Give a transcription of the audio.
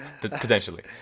Potentially